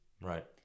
Right